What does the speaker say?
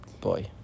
boy